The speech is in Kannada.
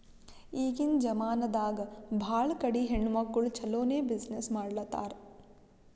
ಈಗಿನ್ ಜಮಾನಾದಾಗ್ ಭಾಳ ಕಡಿ ಹೆಣ್ಮಕ್ಕುಳ್ ಛಲೋನೆ ಬಿಸಿನ್ನೆಸ್ ಮಾಡ್ಲಾತಾರ್